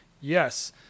yes